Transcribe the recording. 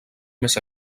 més